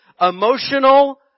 emotional